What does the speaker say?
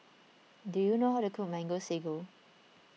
do you know how to cook Mango Sago